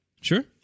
Sure